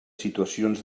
situacions